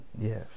Yes